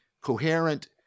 coherent